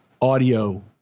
audio